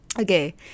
okay